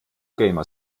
gamer